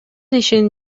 ишин